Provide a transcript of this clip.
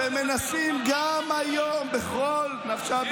שמנסים גם היום בכל נפשם,